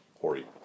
Hori